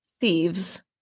thieves